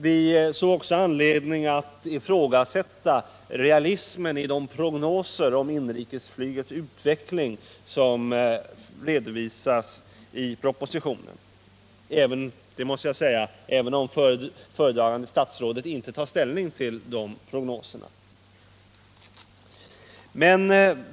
Vi såg också anledning att ifrågasätta realismen i de prognoser om inrikesflygets utveckling som redovisas i propositionen, även om föredragande statsrådet inte tar ställning till dessa prognoser.